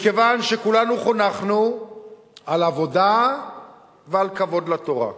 מכיוון שכולנו חונכנו על עבודה ועל כבוד לתורה,